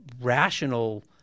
rational